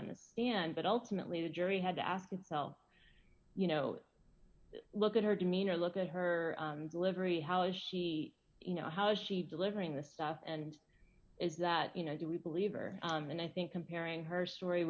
on the stand but ultimately the jury had to ask itself you know look at her demeanor look at her delivery how is she you know how is she delivering the stuff and is that you know that we believe are and i think comparing her story